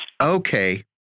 okay